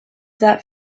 that